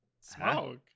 smoke